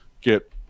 get